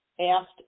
asked